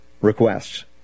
requests